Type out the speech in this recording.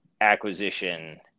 acquisition